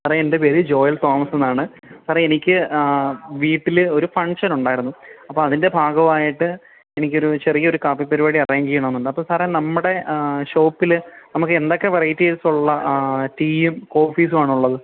സാറേ എൻ്റെ പേര് ജോയൽ തോമസ് എന്നാണ് സാറേ എനിക്ക് വീട്ടിൽ ഒരു ഫങ്ക്ഷൻ ഉണ്ടായിരുന്നു അപ്പോൾ അതിൻ്റെ ഭാഗമായിട്ട് എനിക്ക് ഒരു ചെറിയ ഒരു കാപ്പി പരിപാടി അറേഞ്ച് ചെയ്യണം എന്നുണ്ട് അപ്പം സാറേ നമ്മുടെ ഷോപ്പിൽ നമുക്ക് എന്തൊക്കെ വെറൈറ്റീസ് ഉള്ളത് ടീയും കോഫീസും ആണുള്ളത്